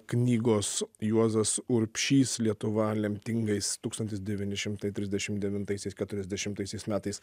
knygos juozas urbšys lietuva lemtingais tūkstantis devyni šimtai trisdešim devintaisiais keturiasdešimtaisiais metais